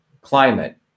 climate